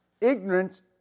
Ignorance